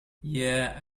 yeah